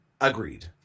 agreed